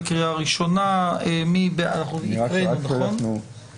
הוספת סעיף 50ב